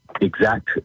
exact